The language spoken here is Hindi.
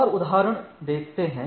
एक और उदाहरण देखते हैं